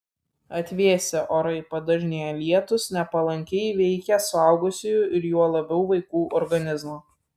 atvėsę orai padažnėję lietūs nepalankiai veikia suaugusiųjų ir juo labiau vaikų organizmą